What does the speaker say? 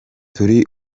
turi